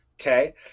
Okay